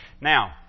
Now